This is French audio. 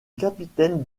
capitaine